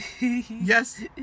Yes